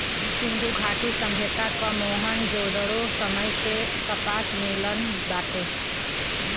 सिंधु घाटी सभ्यता क मोहन जोदड़ो समय से कपास मिलल बाटे